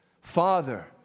Father